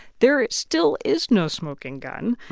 there still is no smoking gun.